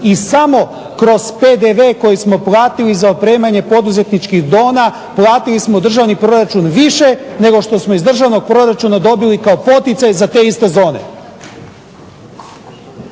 I samo kroz PDV koji smo platili za opremanje poduzetničkih zona platili samo u državni proračun više nego što smo iz državnog proračuna dobili kao poticaj za te iste zone.